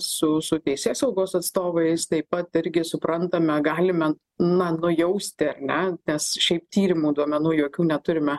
su su teisėsaugos atstovais taip pat irgi suprantame galime na nujausti ar ne nes šiaip tyrimų duomenų jokių neturime